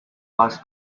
bus